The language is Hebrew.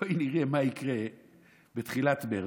בואי נראה מה יקרה בתחילת מרץ,